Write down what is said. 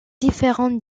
différents